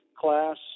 class